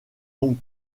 donc